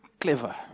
clever